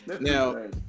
Now